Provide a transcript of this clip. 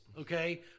Okay